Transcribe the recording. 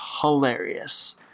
hilarious